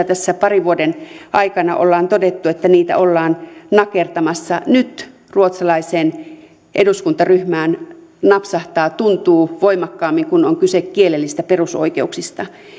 tässä parin vuoden aikana ollaan todettu että niitä ollaan nakertamassa nyt ruotsalaiseen eduskuntaryhmään napsahtaa tuntuu voimakkaammin kun on kyse kielellisistä perusoikeuksista